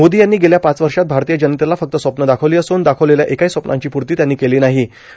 मोदो यांनी गेल्या पाच वषात भारतीय जनतेला फक्त स्वप्न दाखवलो असून दाखवलेल्या एकाहां स्वप्नांची पूर्ता त्यांनी केलो नाहां